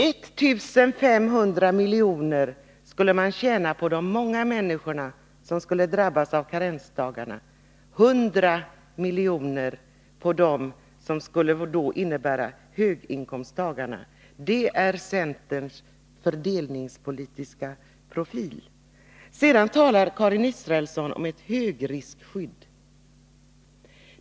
1 500 milj.kr. skulle man tjäna på de många människorna som skulle drabbas av karensdagarna och 100 milj.kr. på höginkomsttagarna. Det är centerns fördelningspolitiska profil. Sedan talar Karin Israelsson om ett högriskskydd.